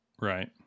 right